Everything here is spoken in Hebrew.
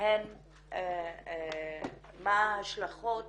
ומה השלכות